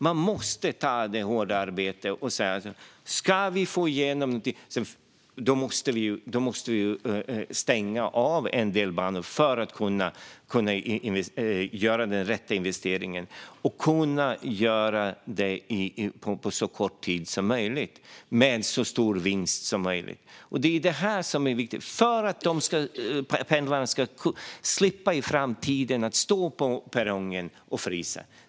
Man måste ta det hårda arbetet och vara beredd att stänga av en del banor för att kunna göra rätt investeringar och för att kunna göra det på så kort tid som möjligt med så stor vinst som möjligt. Det är detta som är viktigt för att pendlarna i framtiden ska slippa stå på perrongen och frysa.